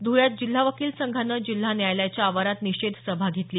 धुळ्यात जिल्हा वकील संघानं जिल्हा न्यायालयाच्या आवारात निषेध सभा घेतली